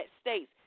states